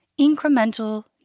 Incremental